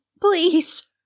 Please